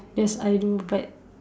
yes I do but